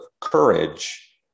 courage